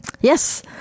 Yes